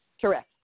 Correct